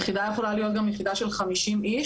יחידה יכולה להיות גם יחידה של כ-50 איש